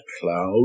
cloud